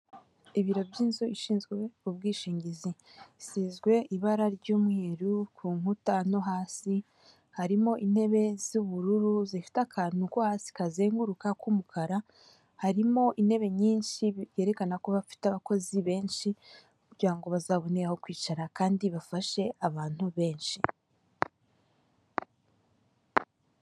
ibiro by'inzu ishinzwe ubwishingizi bisizwe ibara ry'umweru ku nkuta no hasi, harimo intebe z'ubururu zifite akantu ko hasi kazenguruka k'umukara, harimo intebe nyinshi herekana ko bafite abakozi benshi kugira ngo bazabone aho kwicara kandi bafashe abantu benshi.